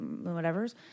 Whatever's